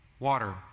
water